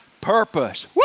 purpose